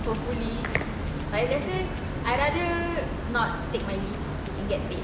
hopefully like let's said I rather not take my leave and get paid